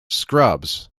scrubs